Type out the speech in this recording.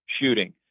shooting